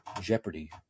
Jeopardy